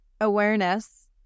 awareness